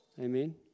Amen